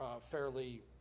fairly